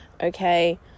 okay